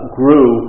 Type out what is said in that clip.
grew